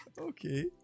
okay